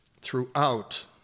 throughout